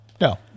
No